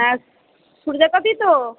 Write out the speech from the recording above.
হ্যাঁ শুনতে তো